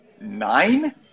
nine